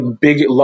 big